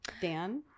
Dan